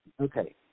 okay